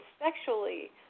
sexually